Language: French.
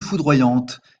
foudroyante